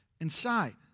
inside